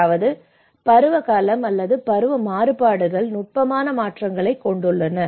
அதாவது பருவ காலம் அல்லது பருவ மாறுபாடுகள் நுட்பமான மாற்றங்களைக் கொண்டுள்ளன